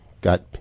got